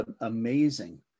amazing